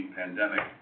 pandemic